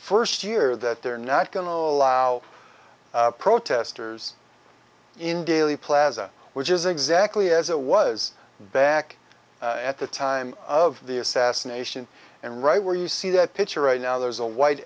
first year that they're not going to allow protesters in daley plaza which is exactly as it was back at the time of the assassination and right where you see that picture right now there's a w